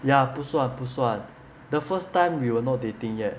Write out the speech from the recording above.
ya 不算不算 the first time we were not dating yet